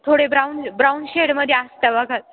थोडे brown brown शेडमध्ये असतंय बघा